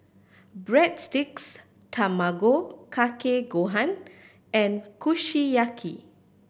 Breadsticks Tamago Kake Gohan and Kushiyaki